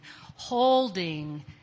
holding